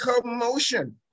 commotion